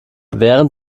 während